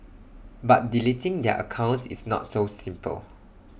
but deleting their accounts is not so simple